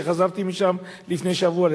שמשם חזרתי לפני שבוע.